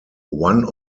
one